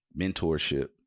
mentorship